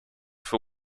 for